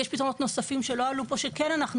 יש פתרונות נוספים שלא עלו פה שאנחנו